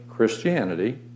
Christianity